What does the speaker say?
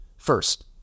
first